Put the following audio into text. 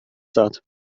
satt